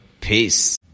Peace